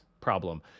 problem